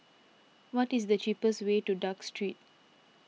what is the cheapest way to Duke Street